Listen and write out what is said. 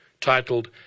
titled